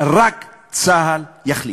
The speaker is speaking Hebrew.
רק צה"ל יחליט,